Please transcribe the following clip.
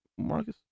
Marcus